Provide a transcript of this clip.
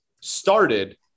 started